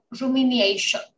rumination